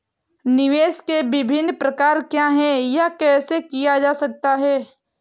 निवेश के विभिन्न प्रकार क्या हैं यह कैसे किया जा सकता है?